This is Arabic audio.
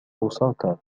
أوساكا